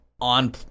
on